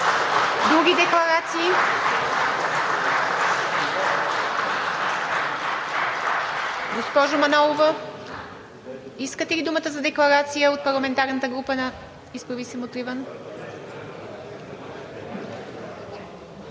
Други декларации? Госпожо Манолова, искате ли думата за декларация от парламентарната група на „Изправи се! Мутри